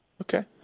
Okay